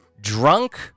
drunk